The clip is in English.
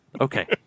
Okay